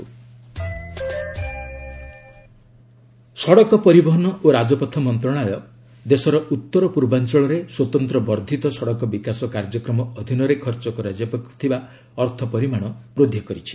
northeast fund ସଡ଼କ ପରିବହନ ଓ ରାଜପଥ ମନ୍ତ୍ରଣାଳୟ ଦେଶର ଉତ୍ତରପୂର୍ବାଞ୍ଚଳରେ ସ୍ୱତନ୍ତ୍ର ବର୍ଦ୍ଧିତ ସଡ଼କ ବିକାଶ କାର୍ଯ୍ୟକ୍ରମ ଅଧୀନରେ ଖର୍ଚ୍ଚ କରାଯିବାକୁ ଥିବା ଅର୍ଥ ପରିମାଣ ବୃଦ୍ଧି କରିଛି